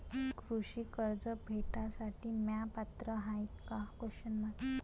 कृषी कर्ज भेटासाठी म्या पात्र हाय का?